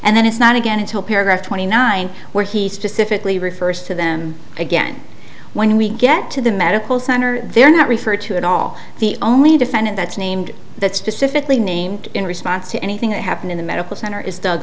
and then it's not again until paragraph twenty nine where he specifically refers to them again when we get to the medical center they're not referred to at all the only defendant that's named that's specifically named in response to anything that happened in the medical center is